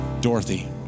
Dorothy